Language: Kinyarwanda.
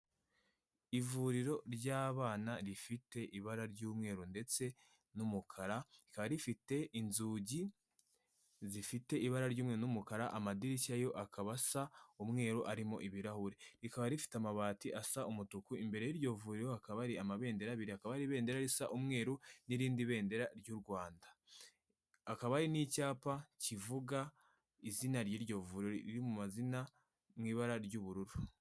Ivuriro ry'abana rifite ibara ry'umweru ndetse, n'umukara rikaba rifite inzugi, zifite ibara ry'umweru, n'umukara amadirishya yo akaba asa umweru arimo ibirahure rikaba rifite amabati asa umutuku imbere y'iryo vuriro hakaba ari amabendera abiri kaba ari ibendera risa umweru n'irindi bendera ry'u rwanda akaba hari n'icyapa kivuga izina ry'iryo vuriro riri mu mazina mw'ibara ry'ubururu.